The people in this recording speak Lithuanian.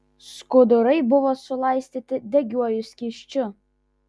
skudurai buvo sulaistyti degiuoju skysčiu